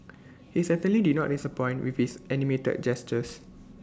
he certainly did not disappoint with his animated gestures